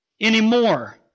anymore